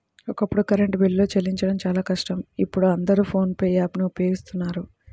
ఒకప్పుడు కరెంటు బిల్లులు చెల్లించడం చాలా కష్టం ఇప్పుడు అందరూ ఫోన్ పే యాప్ ను వినియోగిస్తున్నారు